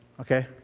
Okay